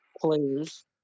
players